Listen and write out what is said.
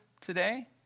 today